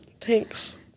Thanks